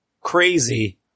crazy